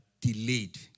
delayed